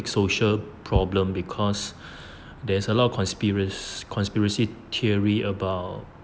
social problem because there's a lot of conspiracy conspiracy theory about